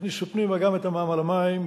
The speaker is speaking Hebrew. הכניסו פנימה גם את המע"מ על המים.